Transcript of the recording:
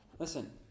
Listen